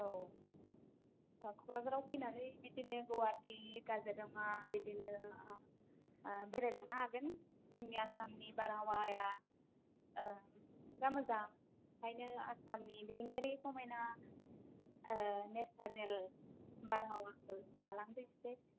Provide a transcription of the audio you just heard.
औ क'क्राझाराव फैनानै बिदिनो गुवाहाटी काजिरङा बिदिनो बेरायलांनो हागोन जोंनि आसामनि बारहावाया बिराद मोजां ओंखायनो आसामनि मिथिंगायारि समायाना नेचारेल बारहावाखौ जालांदो एसे